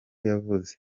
yavuze